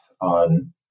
on